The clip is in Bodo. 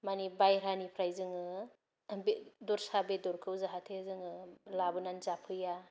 माने बायह्रानिफ्राय जोङो बे दसरा बेदरखौ जाहाथे जोङो लाबोनानै जाफैया